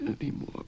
anymore